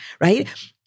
right